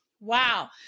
Wow